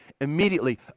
immediately